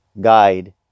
guide